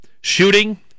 shooting